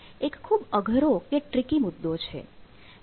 આ એક ખૂબ અઘરો મુદ્દો છે